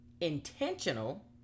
Intentional